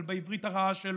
אבל בעברית הרעה שלו.